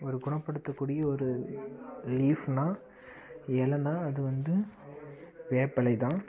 ஒரு குணப்படுத்தக்கூடிய ஒரு லீஃப்னா இலைனா அது வந்து வேப்பிலை தான்